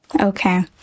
okay